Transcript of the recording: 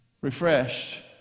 refreshed